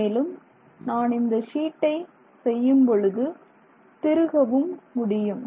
மேலும் நான் இந்த ஷீட்டை செய்யும்பொழுது திருகவும் முடியும்